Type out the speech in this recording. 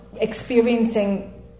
experiencing